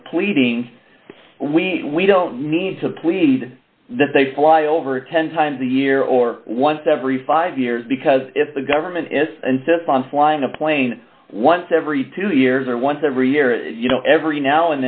pleading we we don't need to plead that they fly over ten times a year or once every five years because if the government is insists on flying a plane once every two years or once every year you know every now